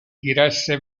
diresse